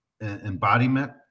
embodiment